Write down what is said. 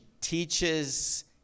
teaches